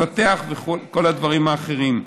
יפתח וכל הדברים האחרים.